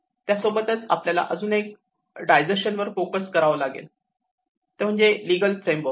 त्यासोबतच आपल्याला अजून एक डायजेशन वर फोकस करावा लागेल ते म्हणजे लीगल फ्रेमवर्क